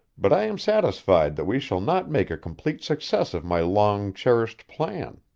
but i am satisfied that we shall not make a complete success of my long cherished plan.